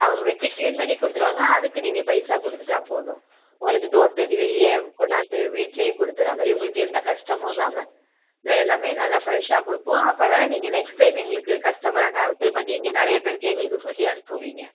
அவங்க வெட்டி க்ளீன் பண்ணி கொடுத்துருவாங்க அதுக்கு நீங்கள் பைசா கொடுத்துட்டா போதும் உங்களுக்கு டோர் டெலிவரியே கொண்ணாந்து வீட்லேயே கொடுத்துட்ற மாதிரி உங்களுக்கு எந்த கஷ்டமும் இல்லாமல் எல்லாமே நல்லா ஃப்ரெஷ்ஷாக கொடுப்போம் அப்போதான் நீங்கள் நெக்ஸ்ட் டைம் எங்களுக்கு கஸ்டமரா திரும்ப நீங்கள் நிறைய பேருக்கு எங்களுக்கு சொல்லி அனுப்புவீங்க